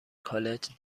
کالج